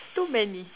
too many